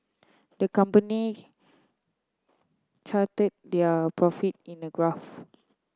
the company charted their profit in a graph